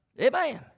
Amen